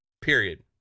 Period